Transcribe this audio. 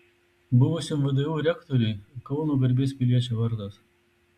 buvusiam vdu rektoriui kauno garbės piliečio vardas